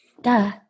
Duh